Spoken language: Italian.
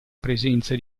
presenza